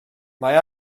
mae